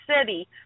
City